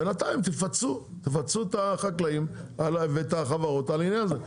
בינתיים תפצו את החקלאים ואת החברות על העניין הזה.